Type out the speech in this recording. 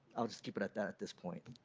i'll just keep it at that at this point.